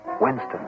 Winston